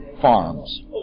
Farms